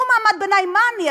אם הוא מעמד ביניים, מה אני?